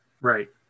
Right